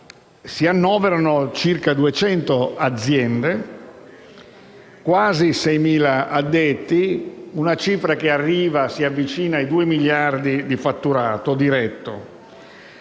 si annoverano circa 200 aziende, quasi 6.000 addetti, per una cifra che si avvicina ai 2 miliardi di euro di fatturato diretto.